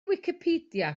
wicipedia